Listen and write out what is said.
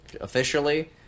officially